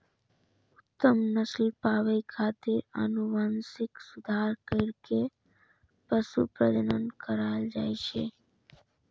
उत्तम नस्ल पाबै खातिर आनुवंशिक सुधार कैर के पशु प्रजनन करायल जाए छै